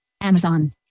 Amazon